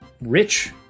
rich